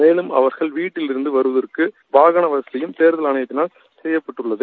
மேலும் அவர்கள் வீட்டிலிருந்துவருவதற்குவாகனவசதியும் தேர்தல் ஆணையத்தால் செய்யப்பட்டுள்ளது